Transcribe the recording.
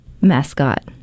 mascot